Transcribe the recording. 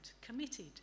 committed